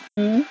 mmhmm